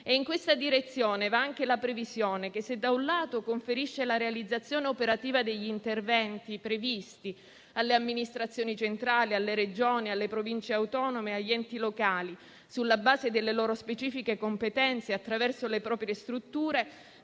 In questa direzione va anche la previsione che, da un lato, conferisce la realizzazione operativa degli interventi previsti alle amministrazioni centrali, alle Regioni, alle Province autonome e agli enti locali, sulla base delle loro specifiche competenze e attraverso le proprie strutture,